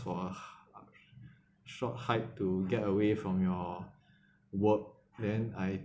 for a hi~ short hike to get away from your work then I